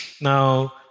Now